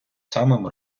самим